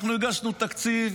אנחנו הגשנו תקציב